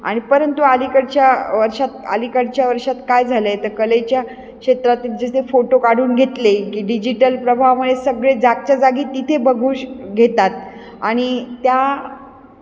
आणि परंतु अलीकडच्या वर्षात अलीकडच्या वर्षात काय झालं आहे तर कलेच्या क्षेत्रातील जसे फोटो काढून घेतले की डिजिटल प्रभावामुळे सगळे जागच्या जागी तिथे बघू घेतात आणि त्या